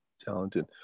talented